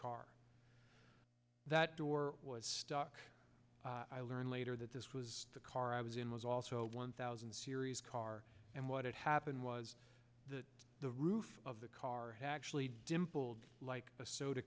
car that door was stuck i learned later that this was the car i was in was also one thousand series car and what had happened was that the roof of the car had actually dimpled like a soda